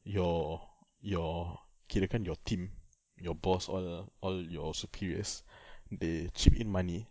your your kirakan your team your boss all all your superiors they chip in money